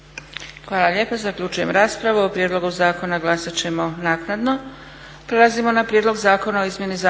Hvala lijepa. Zaključujem raspravu. O prijedlogu zakona glasat ćemo naknadno.